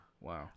Wow